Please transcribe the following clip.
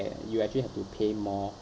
that you actually have to pay more